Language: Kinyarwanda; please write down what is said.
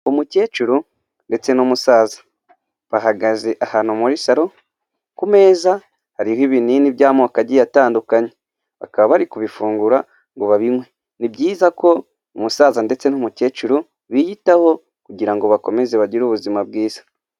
Umukecuru ndetse n'umusaza bahagaze ahantu muri saro ku meza hariho ibinini by'amoko agiye atandukanye bakaba bari kubifungura ngo babinywe, ni byiza ko umusaza ndetse n'umukecuru biyitaho kugira ngo bakomeze bagire ubuzima bwiza.